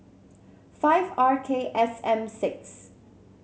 five R K S M six